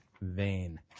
vain